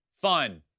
Fun